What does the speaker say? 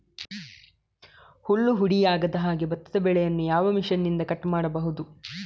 ಹುಲ್ಲು ಹುಡಿ ಆಗದಹಾಗೆ ಭತ್ತದ ಬೆಳೆಯನ್ನು ಯಾವ ಮಿಷನ್ನಿಂದ ಕಟ್ ಮಾಡಬಹುದು?